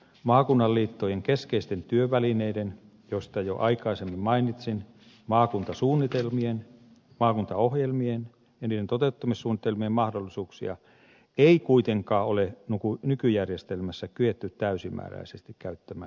maakunnan liittojen keskeisten työvälineiden joista jo aikaisemmin mainitsin maakuntasuunnitelmien maakuntaohjelmien ja niiden toteuttamissuunnitelmien mahdollisuuksia ei kuitenkaan ole nykyjärjestelmässä kyetty täysimääräisesti käyttämään hyväksi